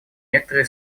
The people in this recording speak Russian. некоторые